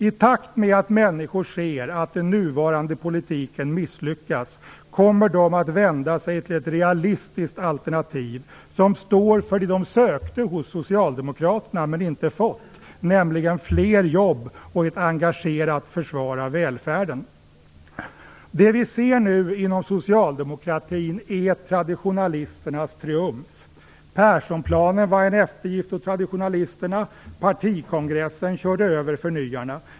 I takt med att människor ser att den nuvarande politiken misslyckas kommer de att vända sig till ett realistiskt alternativ som står för det de sökte hos Socialdemokraterna men inte fick, nämligen fler jobb och ett engagerat försvar av välfärden. Det vi nu ser inom socialdemokratin är traditionalisternas triumf. Perssonplanen var en eftergift åt traditionalisterna. Partikongressen körde över förnyarna.